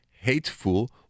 hateful